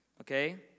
Okay